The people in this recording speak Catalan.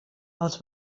els